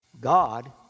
God